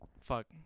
fuck